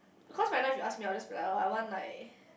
because you ask me I'll just be like I want like